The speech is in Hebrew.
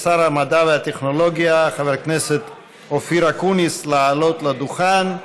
שר המדע והטכנולוגיה חבר הכנסת אופיר אקוניס לעלות לדוכן.